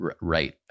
right